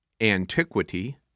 antiquity